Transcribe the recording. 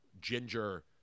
ginger